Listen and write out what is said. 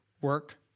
work